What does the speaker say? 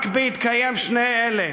רק בהתקיים שני אלה